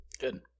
Good